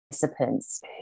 participants